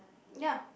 ya